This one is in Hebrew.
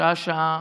שעה-שעה,